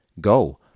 Go